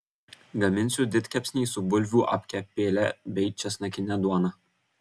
gaminsiu didkepsnį su bulvių apkepėle bei česnakine duona